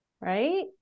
Right